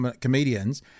comedians